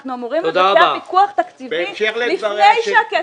אנחנו אמורים לבצע פיקוח תקציבי לפני שהכסף עובר,